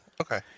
Okay